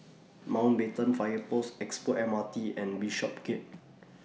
Mountbatten Fire Post Expo M R T and Bishopsgate